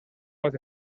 was